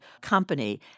company